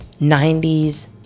90s